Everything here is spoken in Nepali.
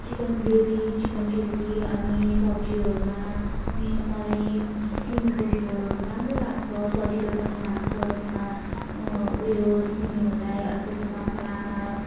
चिकन ग्रेभी चिकन चिल्ली अनि सब्जीहरूमा मलाई सिमीको झोलहरू राम्रो लाग्छ सजिलो पनि लाग्छ त्यसमा उयो सिमीहरूलाई अलिकति मसलामा